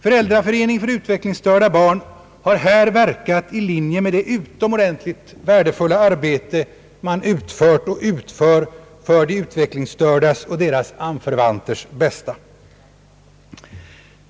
Föräldraföreningen för utvecklingsstörda barn har här verkat i linje med det utomordentligt värdefulla arbete man utfört och utför för de utvecklingsstördas och deras anförvanters bästa.